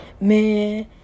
man